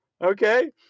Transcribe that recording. okay